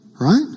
Right